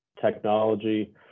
technology